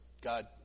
God